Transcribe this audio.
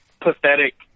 pathetic